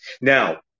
Now